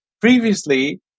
Previously